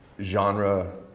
genre